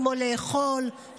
כמו לאכול,